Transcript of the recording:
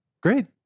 great